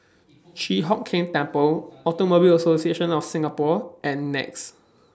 Chi Hock Keng Temple Automobile Association of The Singapore and Nex